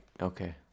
Okay